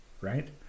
Right